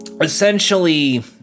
essentially